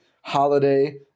holiday